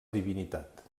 divinitat